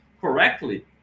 correctly